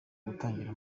gutangira